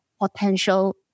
potential